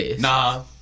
nah